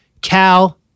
cal